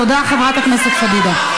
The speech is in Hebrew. תודה, חברת הכנסת פדידה.